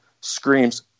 screams